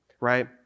right